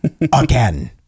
again